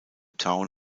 town